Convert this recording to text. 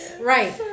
right